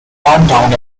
downtown